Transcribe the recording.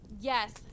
yes